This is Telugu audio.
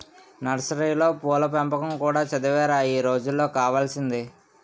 నర్సరీలో పూల పెంపకం కూడా చదువేరా ఈ రోజుల్లో కావాల్సింది